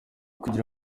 kugira